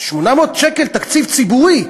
800 מיליון שקל תקציב ציבורי,